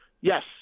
Yes